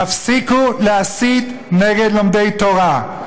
תפסיקו להסית נגד לומדי תורה.